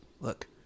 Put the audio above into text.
look